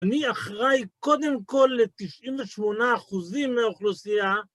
אני אחראי, קודם כל, ל-98% מהאוכלוסייה.